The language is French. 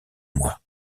moi